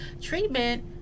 treatment